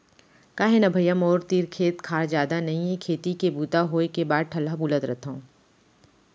का हे न भइया मोर तीर खेत खार जादा नइये खेती के बूता होय के बाद ठलहा बुलत रथव